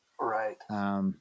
right